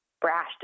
brash